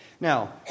Now